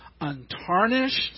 untarnished